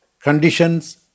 conditions